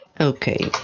Okay